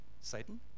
Satan